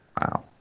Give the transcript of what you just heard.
Wow